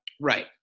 Right